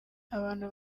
abantu